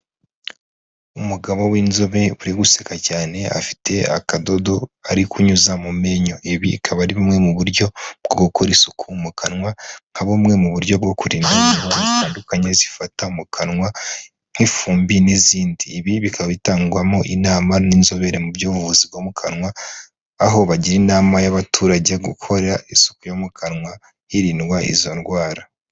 Umugabo w'inzobe uri guseka cyane afite akadodo ari kunyuza mu menyo, ibi bikaba ari bumwe mu buryo bwo gukora isuku mu kanwa nka bumwe mu buryo bwo kurinda indwara zitandukanye zifata mu kanwa nk'ifumbi n'izindi, ibi bikaba bitangwamo inama n'inzobere mu by'ubuvuzi bwo mu kanwa aho bagira inama y'abaturage gukora isuku yo mu kanwa hirindwa izo ndwara.